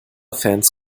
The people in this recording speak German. fans